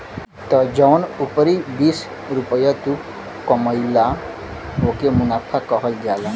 त जौन उपरी बीस रुपइया तू कमइला ओके मुनाफा कहल जाला